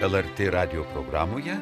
lrt radijo programoje